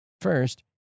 First